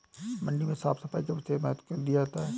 मंडी में साफ सफाई का विशेष महत्व क्यो दिया जाता है?